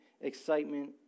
excitement